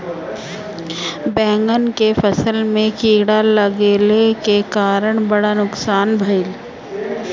बैंगन के फसल में कीड़ा लगले के कारण बड़ा नुकसान भइल